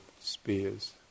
spears